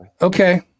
Okay